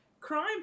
crime